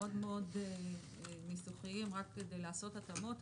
מאוד מאוד ניסוחיים רק כדי לעשות התאמות,